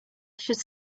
should